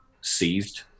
seized